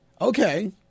Okay